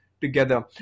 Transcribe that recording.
together